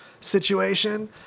situation